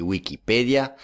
Wikipedia